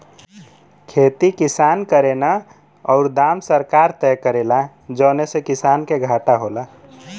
खेती किसान करेन औरु दाम सरकार तय करेला जौने से किसान के घाटा होला